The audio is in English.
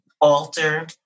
alter